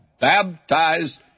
baptized